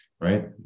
right